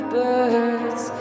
birds